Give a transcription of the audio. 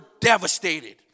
devastated